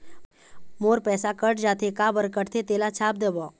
मोर पैसा कट जाथे काबर कटथे तेला छाप देव?